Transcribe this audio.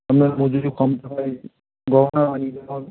আমরা মজুরি কম গয়না বানিয়ে দেওয়া হবে